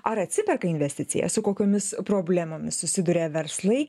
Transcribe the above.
ar atsiperka investicija su kokiomis problemomis susiduria verslai